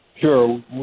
Sure